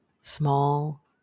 small